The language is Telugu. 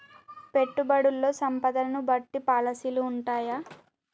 పెట్టుబడుల్లో సంపదను బట్టి పాలసీలు ఉంటయా?